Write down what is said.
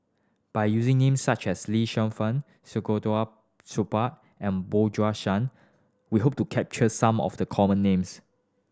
by using names such as Lee Fen Supaat and Bjorn Shan we hope to capture some of the common names